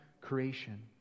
creation